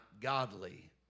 godly